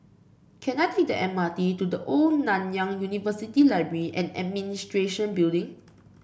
can I take the M R T to The Old Nanyang University Library and Administration Building